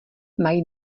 mají